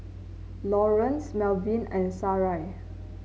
Lawrence Melvin and Sarai